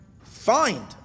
find